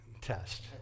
test